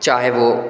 चाहे वो